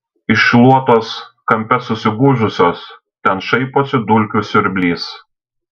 iš šluotos kampe susigūžusios ten šaiposi dulkių siurblys